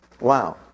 Wow